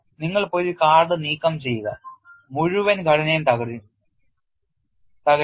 നിങ്ങൾ പോയി ഒരു കാർഡ് നീക്കംചെയ്യുക മുഴുവൻ ഘടനയും തകരും